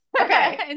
Okay